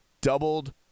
doubled